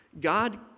God